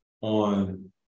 on